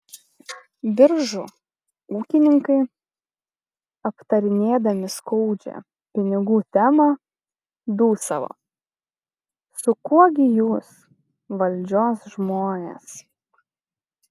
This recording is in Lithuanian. biržų ūkininkai aptarinėdami skaudžią pinigų temą dūsavo su kuo gi jūs valdžios žmonės